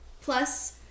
plus